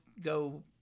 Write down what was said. go